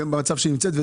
אבל